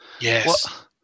Yes